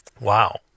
wow